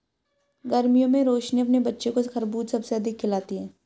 गर्मियों में रोशनी अपने बच्चों को खरबूज सबसे अधिक खिलाती हैं